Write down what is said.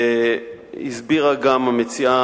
הסבירה המציעה,